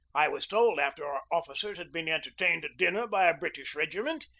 i was told, after our officers had been entertained at dinner by a british regiment,